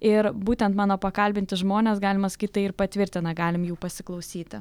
ir būtent mano pakalbinti žmonės galima sakyt tai ir patvirtina galim jų pasiklausyti